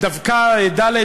שדבקה בחוק-יסוד: